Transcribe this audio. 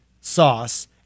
sauce